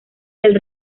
del